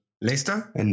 Leicester